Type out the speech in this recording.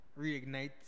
reignite